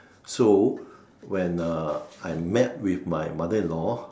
so when uh I met with my mother-in-law